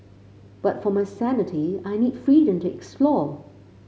but for my sanity I need freedom to explore